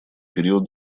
период